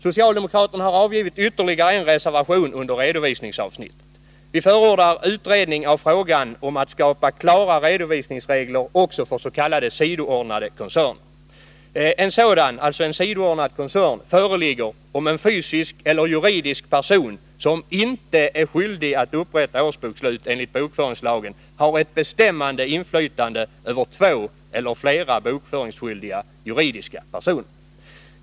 Socialdemokraterna har avgivit ytterligare en reservation under redovisningsavsnittet. Vi förordar utredning av frågan om att skapa klara redovisningsregler också för s.k. sidoordnade koncerner. En sidoordnad koncern föreligger om en fysisk eller juridisk person som inte är skyldig att upprätta årsbokslut enligt bokföringslagen har ett bestämmande inflytande över två eller flera bokföringsskyldiga juridiska personer.